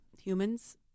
humans